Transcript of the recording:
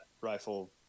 rifle